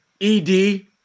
ED